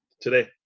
today